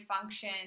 function